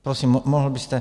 Prosím, mohl byste...?